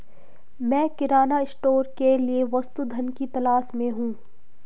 मैं किराना स्टोर के लिए वस्तु धन की तलाश में हूं